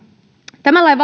tämän lain